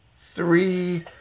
three